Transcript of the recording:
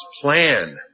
plan